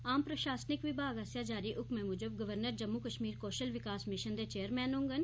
आम प्रशासनिक विभाग आस्सेआ जारी हुक्मै मूजब राज्यपाल जम्मू कश्मीर कौशल विकास मिशन दे चेयरमैन होंगन